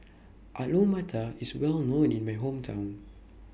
Alu Matar IS Well known in My Hometown